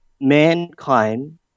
mankind